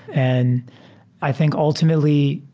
and i think ultimately,